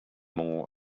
more